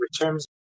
returns